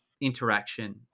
interaction